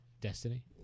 Destiny